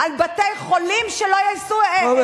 על בתי-חולים, שלא יעשו מנגנונים פנימיים?